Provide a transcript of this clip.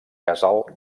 casal